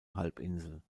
halbinsel